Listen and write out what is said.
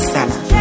Center